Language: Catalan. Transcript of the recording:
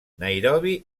nairobi